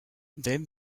then